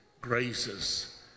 graces